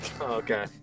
okay